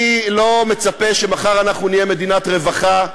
אני לא מצפה שמחר אנחנו נהיה מדינת רווחה,